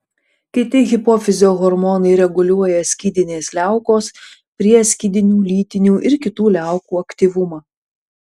kiti hipofizio hormonai reguliuoja skydinės liaukos prieskydinių lytinių ir kitų liaukų aktyvumą